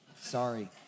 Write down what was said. Sorry